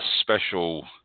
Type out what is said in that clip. special